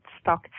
stock